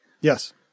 Yes